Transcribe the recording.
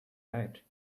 right